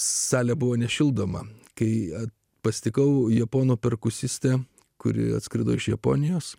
salė buvo nešildoma kai aš pasitikau japono perkusistę kuri atskrido iš japonijos